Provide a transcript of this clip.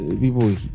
people